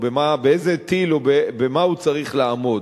או באיזה טיל או במה הוא צריך לעמוד.